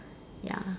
ya